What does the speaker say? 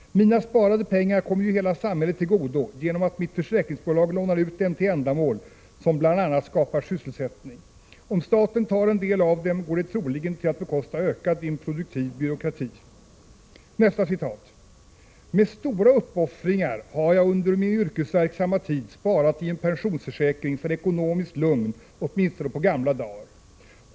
Mina sparade pengar kommer ju hela samhället till godo genom att mitt försäkringsbolag lånar ut dem till ändamål som bl.a. skapar sysselsättning. Om staten tar en del av dem, går de troligen till att bekosta ökad improduktiv byråkrati.” Nästa citat: ”Med stora uppoffringar har jag under min yrkesverksamma tid sparat i en pensionsförsäkring för ekonomiskt lugn åtminstone på gamla dar.